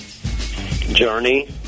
journey